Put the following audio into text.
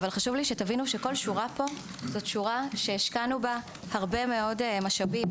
אבל חשוב לנו שתדעו שכל שורה פה זאת שורה שהשקענו בה הרבה מאוד משאבים,